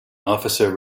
officer